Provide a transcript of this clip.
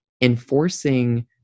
enforcing